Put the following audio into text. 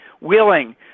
willing